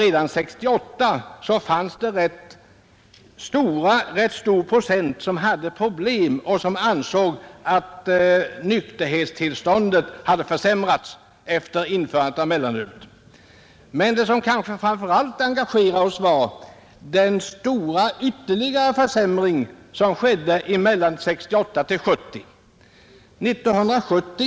Redan då, alltså 1968, var det en ganska stor procentuell andel av de tillfrågade som hade problem och som ansåg att nykterhetstillståndet hade försämrats efter införandet av mellanölet. Men vad som framför allt engagerat oss är den kraftiga försämring som skett mellan 1968 och 1970.